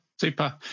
Super